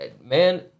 Man